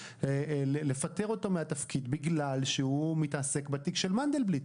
מנסים לפטר אותו מן התפקיד בגלל שהוא מתעסק בתיק של מנדלבליט.